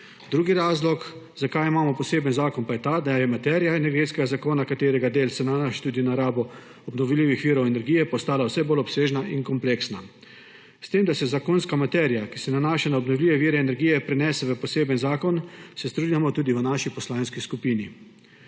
drugi razlog, zakaj imamo poseben zakon, pa je ta, da je materija Energetskega zakona, katerega del se nanaša tudi na rabo obnovljivih virov energije, postajala vse bolj obsežna in kompleksna. S tem, da se zakonska materija, ki se nanaša na obnovljive vire energije, prenese v poseben zakon, se strinjamo tudi v naši poslanski skupini.